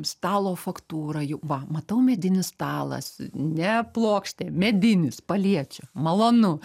stalo faktūrą jau va matau medinis stalas ne plokštė medinis paliečiu malonu